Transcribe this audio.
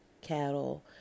cattle